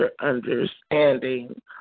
understanding